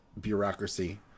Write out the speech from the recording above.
bureaucracy